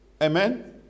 Amen